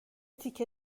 تیکه